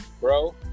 Bro